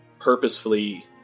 purposefully